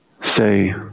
say